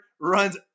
runs